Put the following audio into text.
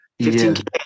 15K